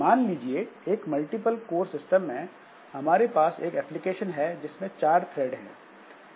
मान लीजिए एक मल्टीपल कोर सिस्टम में हमारे पास एक एप्लीकेशन है जिसमें 4 थ्रेड हैं